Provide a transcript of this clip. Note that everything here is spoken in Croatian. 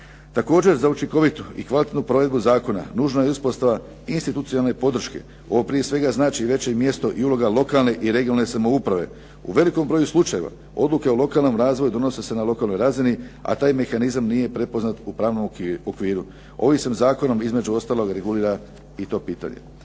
Također, za učinkovitu i kvalitetnu provedbu zakona nužna je i uspostava institucionalne podrške. Ovo prije svega znači veće mjesto i uloga lokalne i regionalne samouprave. U velikom broju slučajeva odluke o lokalnom razvoju donose se na lokalnoj razini, a taj mehanizam nije prepoznat u pravnom okviru. Ovim se zakonom, između ostalog, regulira i to pitanje.